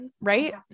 right